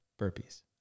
burpees